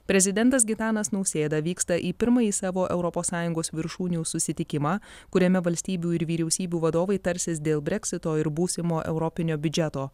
prezidentas gitanas nausėda vyksta į pirmąjį savo europos sąjungos viršūnių susitikimą kuriame valstybių ir vyriausybių vadovai tarsis dėl breksito ir būsimo europinio biudžeto